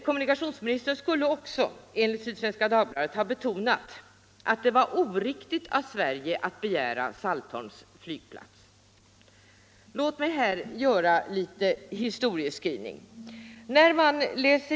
Kommunikationsministern skulle också, enligt Sydsvenska Dagbladet, ha betonat att det var oriktigt av Sverige att begära en flygplats på Saltholm. Låt mig här göra en liten historieskrivning.